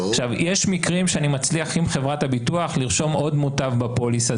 יש מקרים שאני מצליח עם חברת הביטוח לרשום עוד מוטב בפוליסה.